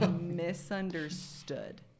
misunderstood